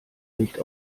nicht